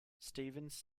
stevens